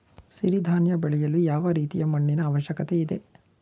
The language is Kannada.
ಸಿರಿ ಧಾನ್ಯ ಬೆಳೆಯಲು ಯಾವ ರೀತಿಯ ಮಣ್ಣಿನ ಅವಶ್ಯಕತೆ ಇದೆ?